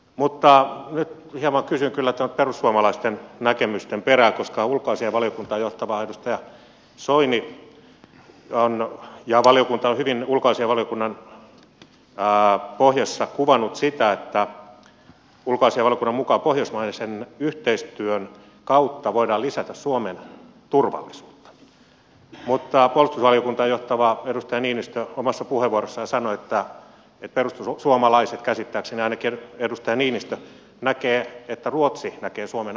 mutta nyt hieman kysyn kyllä perussuomalaisten näkemysten perään koska ulkoasiainvaliokuntaa johtava edustaja soini ja valiokunta ovat hyvin ulkoasiainvaliokunnan pohjassa kuvanneet sitä että ulkoasiainvaliokunnan mukaan pohjoismaisen yhteistyön kautta voidaan lisätä suomen turvallisuutta mutta puolustusvaliokuntaa johtava edustaja niinistö omassa puheenvuorossaan sanoi että perussuomalaiset käsittääkseni ainakin edustaja niinistö näkee että ruotsi näkee suomen ainoastaan puskurina